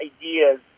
ideas